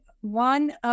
one